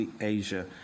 Asia